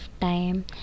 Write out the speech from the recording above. time